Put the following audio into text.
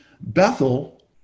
Bethel